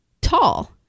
tall